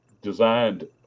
designed